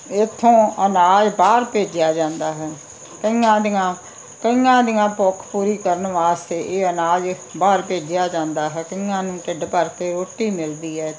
ਇੱਥੋਂ ਅਨਾਜ ਬਾਹਰ ਭੇਜਿਆ ਜਾਂਦਾ ਹੈ ਕਈਆਂ ਦੀਆਂ ਕਈਆਂ ਦੀਆਂ ਭੁੱਖ ਪੂਰੀ ਕਰਨ ਵਾਸਤੇ ਇਹ ਅਨਾਜ ਬਾਹਰ ਭੇਜਿਆ ਜਾਂਦਾ ਹੈ ਕਈਆਂ ਨੂੰ ਢਿੱਡ ਭਰ ਕੇ ਰੋਟੀ ਮਿਲਦੀ ਹੈ